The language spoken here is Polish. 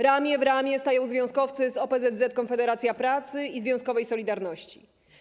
Ramię w ramię stają związkowcy z OPZZ „Konfederacja Pracy” i związkowej Solidarności.